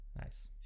nice